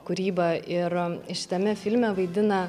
kūryba ir šitame filme vaidina